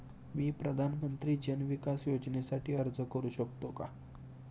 मी प्रधानमंत्री जन विकास योजनेसाठी अर्ज करू शकतो का?